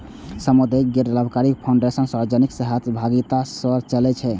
सामुदायिक गैर लाभकारी फाउंडेशन सार्वजनिक सहभागिता सं चलै छै